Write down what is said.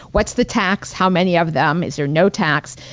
what's the tax, how many of them is there no tax?